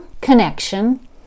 Connection